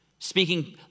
Speaking